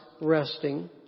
resting